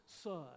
son